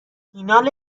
فینال